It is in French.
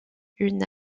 une